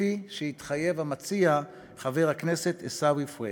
כפי שהתחייב המציע, חבר הכנסת עיסאווי פריג'.